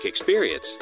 experience